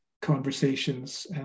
conversations